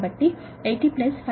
కాబట్టి 80 5